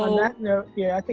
and that note. yeah i